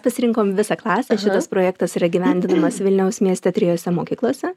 pasirinkom visą klasę šitas projektas yra įgyvendinamas vilniaus mieste trijose mokyklose